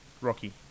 rocky